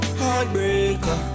heartbreaker